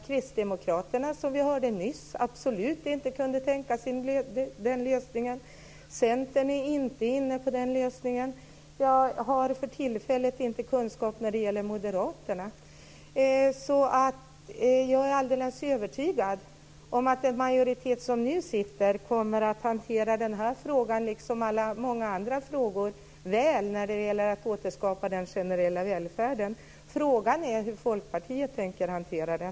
Kristdemokraterna som vi hörde nyss absolut inte kunde tänka sig den lösningen. Centern är inte inne på den lösningen. Jag har för tillfället inte kunskap när det gäller Moderaterna. Jag är alldeles övertygad om att den majoritet som nu sitter kommer att hantera den här frågan, liksom många andra frågor, väl när det gäller att återskapa den generella välfärden. Frågan är hur Folkpartiet tänker hantera den.